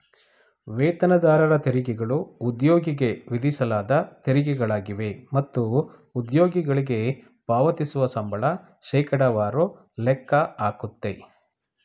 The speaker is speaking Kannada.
ವೇತನದಾರರ ತೆರಿಗೆಗಳು ಉದ್ಯೋಗಿಗೆ ವಿಧಿಸಲಾದ ತೆರಿಗೆಗಳಾಗಿವೆ ಮತ್ತು ಉದ್ಯೋಗಿಗಳ್ಗೆ ಪಾವತಿಸುವ ಸಂಬಳ ಶೇಕಡವಾರು ಲೆಕ್ಕ ಹಾಕುತ್ತೆ